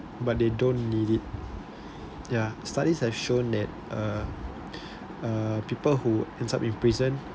but they don't need it ya ya studies have shown that(uh) uh people who end up in prison